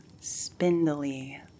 spindly